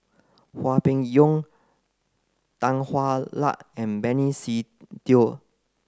Hwang Peng Yuan Tan Hwa Luck and Benny Se Teo